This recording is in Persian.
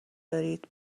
دارید